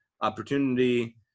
Opportunity